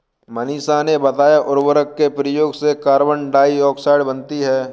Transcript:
मनीषा ने बताया उर्वरक के प्रयोग से कार्बन डाइऑक्साइड बनती है